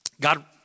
God